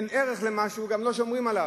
אין ערך למשהו, גם לא שומרים עליו.